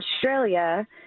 Australia